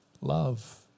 love